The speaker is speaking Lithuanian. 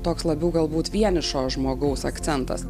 toks labiau galbūt vienišo žmogaus akcentas